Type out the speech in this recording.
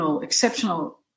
exceptional